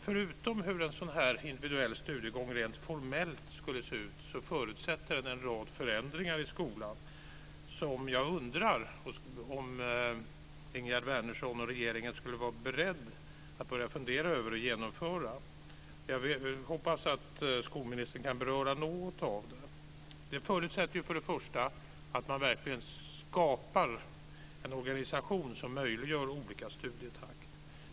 Förutom frågan om hur en individuell skolgång rent formellt skulle se ut så förutsätter den en rad förändringar i skolan, som jag undrar om Ingegerd Wärnersson och regeringen kan vara beredda att börja fundera över och genomföra. Jag hoppas att skolministern kan beröra något av detta. Det förutsätter först och främst att man verkligen skapar en organisation som möjliggör olika studietakt.